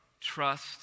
trust